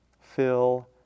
fill